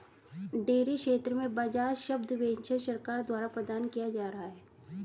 dairy क्षेत्र में ब्याज सब्वेंशन सरकार द्वारा प्रदान किया जा रहा है